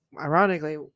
ironically